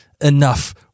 enough